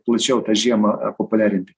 plačiau tą žiemą populiarinti